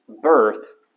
birth